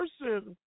person